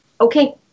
okay